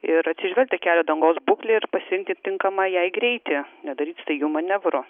ir atsižvelgt į kelio dangos būklę ir pasirinkt tinkamą jai greitį nedaryt staigių manevrų